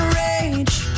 rage